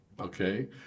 Okay